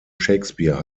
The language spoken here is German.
shakespeare